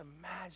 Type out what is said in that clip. imagine